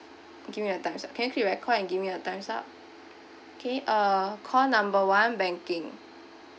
give me the thumbs up can click record and give me a thumbs up okay uh call number one banking